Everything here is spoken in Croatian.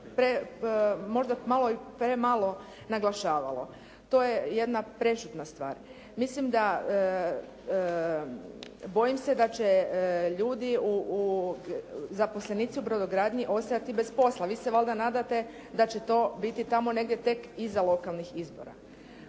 možda malo i premalo naglašavalo. To je jedna prešutna stvar. Mislim da, bojim se da će ljudi, zaposlenici u brodogradnji ostajati bez posla. Vi se valjda nadate da će to biti tamo negdje tek iza lokalnih izbora.